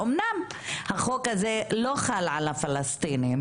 אמנם החוק הזה לא חל על הפלסטינים,